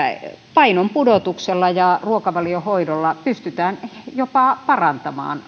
painon pudotuksella ja ruokavaliohoidolla pystytään jopa parantamaan